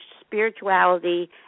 spirituality